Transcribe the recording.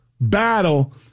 battle